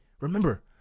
remember